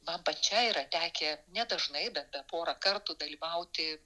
man pačiai yra tekę nedažnai bet bent porą kartų dalyvauti